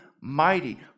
mighty